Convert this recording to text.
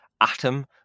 atom